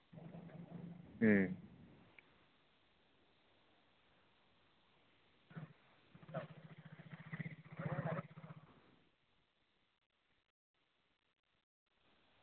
ᱦᱩᱸ